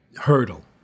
hurdle